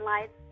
lights